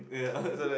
yeah